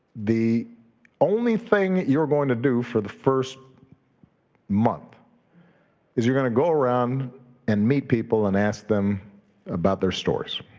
the only thing you're going to do for the first month is you're gonna go around and meet people and ask them about their stories.